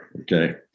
Okay